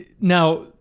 now